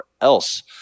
else